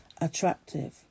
attractive